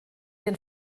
den